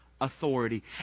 authority